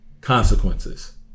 consequences